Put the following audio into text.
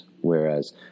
whereas